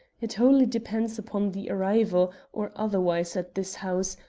it wholly depends upon the arrival, or otherwise, at this house,